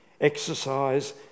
exercise